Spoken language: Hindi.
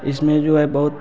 इसमें जो है बहुत